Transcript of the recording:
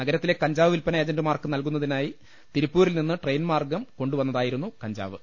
നഗ രത്തിലെ കഞ്ചാവ് വിൽപന് ഏജന്റുമാർക്ക് നൽകുന്നതിനായി തിരി പ്പൂരിൽ നിന്ന് ട്രെയിൻ മാർഗ്ഗം കൊണ്ടുവന്നതായിരുന്നു കഞ്ചാവ്